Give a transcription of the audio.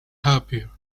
happier